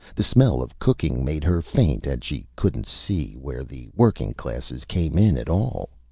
the smell of cooking made her faint, and she couldn't see where the working classes came in at all.